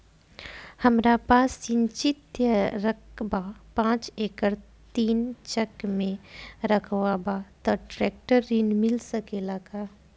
हमरा पास सिंचित रकबा पांच एकड़ तीन चक में रकबा बा त ट्रेक्टर ऋण मिल सकेला का?